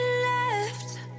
left